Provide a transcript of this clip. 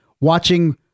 watching